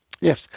yes